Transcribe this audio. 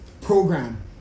program